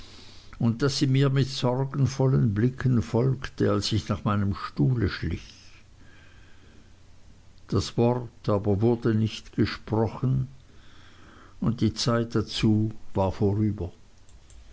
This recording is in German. und daß sie mir mit sorgenvollen blicken folgte als ich nach meinem stuhle schlich das wort aber wurde nicht gesprochen und die zeit dazu war vorüber